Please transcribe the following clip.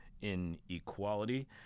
inequality